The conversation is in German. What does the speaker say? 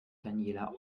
daniela